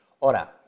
Ora